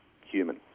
human